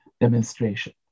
demonstration